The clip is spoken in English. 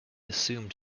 assumed